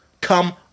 come